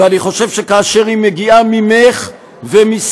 ואני חושב שכאשר היא מגיע ממך ומסיעתך,